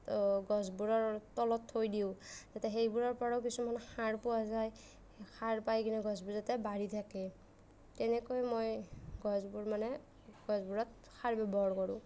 গছবোৰৰ তলত থৈ দিওঁ যাতে সেইবোৰৰ পৰাও কিছুমান সাৰ পোৱা যায় সাৰ পাই কিনে গছবোৰ যাতে বাঢ়ি থাকে তেনেকৈ মই গছবোৰ মানে গছবোৰত সাৰ ব্যৱহাৰ কৰোঁ